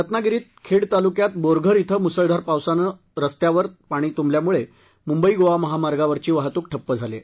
रत्नागिरीत खेड तालुक्या बोरघर इथं मुसळधार पावसामुळे स्स्त्यावर पाणी तुंबल्यानं मुंबई गोवा महामार्गावरील वाहतूक ठप्प झाली आहे